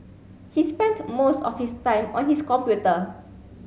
he spent most of his time on his computer